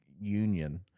union